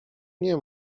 nie